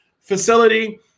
facility